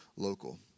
Local